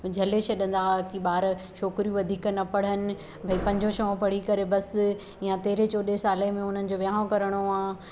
झले छॾंदा हुआ की ॿार छोकिरियूं वधीक न पढ़नि भई पंज छहों पढ़ी करे बसि या तेरहें चौॾहें साले में हुननि जो वियांहो करिणो आहे